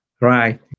right